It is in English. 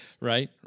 right